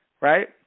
right